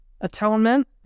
Atonement